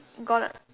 got